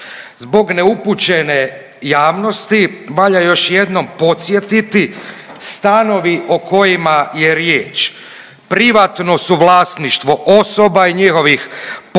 Zbog neupućene javnosti valja još jednom podsjetiti, stanovi o kojima je riječ privatno su vlasništvo osoba i njihovih potomaka